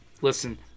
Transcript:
Listen